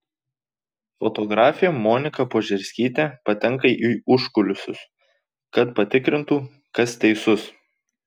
fotografė monika požerskytė patenka į užkulisius kad patikrintų kas teisus